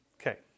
Okay